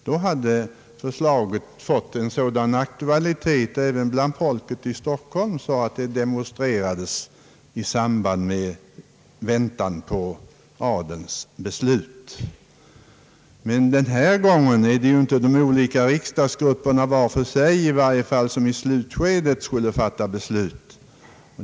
Då hade förslaget fått en sådan aktualitet även bland folket i Stockholm att det demonstrerades i samband med väntan på adelns beslut. Men den här gången är det i varje fall i slutskedet inte de olika riksdagsgrupperna var för sig som skall fatta beslut.